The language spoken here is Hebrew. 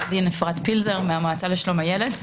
אני מהמועצה לשלום הילד.